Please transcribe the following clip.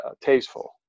tasteful